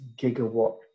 gigawatt